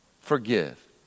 Forgive